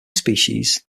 species